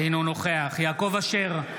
אינו נוכח יעקב אשר,